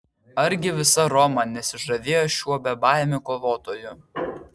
argi visa roma nesižavėjo šiuo bebaimiu kovotoju